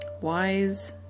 wise